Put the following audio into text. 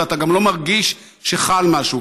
ואתה גם לא מרגיש שחל משהו.